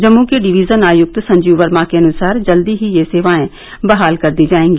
जम्मू के डिवीजन आयुक्त संजीव वर्मा के अनुसार जल्दी ही ये सेवाए बहाल कर दी जाएगी